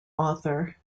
author